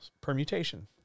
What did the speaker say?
permutation